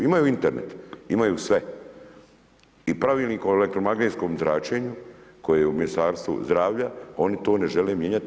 Imaju Internet, imaju sve i Pravilnik o elektromagnetskom zračenju koje je u Ministarstvu zdravlja, oni to ne žele mijenjati.